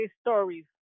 stories